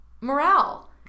morale